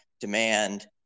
demand